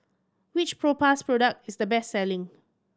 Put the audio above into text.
which Propass product is the best selling